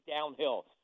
downhill